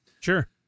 Sure